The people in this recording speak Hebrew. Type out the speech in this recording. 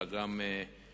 אלא גם ערוץ-2,